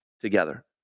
together